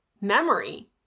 memory